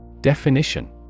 Definition